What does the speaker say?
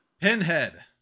Pinhead